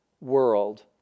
world